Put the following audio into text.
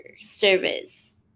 service